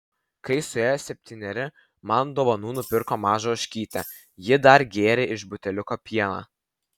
kai suėjo septyneri man dovanų nupirko mažą ožkytę ji dar gėrė iš buteliuko pieną